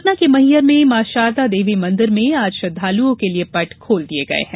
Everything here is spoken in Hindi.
सतना के मैहर में मां शारदा देवी मंदिर में आज श्रद्दालुओं के लिये पट खोल दिये गये हैं